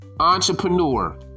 entrepreneur